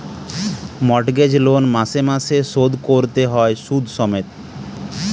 mortgage loan মাসে মাসে শোধ কোরতে হয় শুধ সমেত